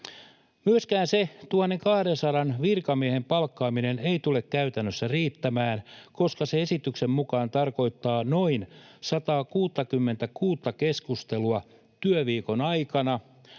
Myöskään se 1 200 virkamiehen palkkaaminen ei tule käytännössä riittämään, koska se esityksen mukaan tarkoittaa noin 166:ta keskustelua työviikon aikana,